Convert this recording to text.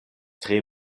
tre